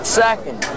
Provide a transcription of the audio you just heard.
second